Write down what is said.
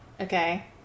Okay